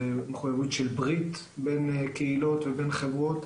מחויבות של ברית בין קהילות ובין חברות.